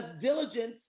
diligence